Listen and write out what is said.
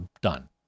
done